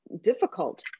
difficult